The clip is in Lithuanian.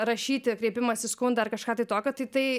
rašyti kreipimąsi skundą ar kažką tai tokio tai tai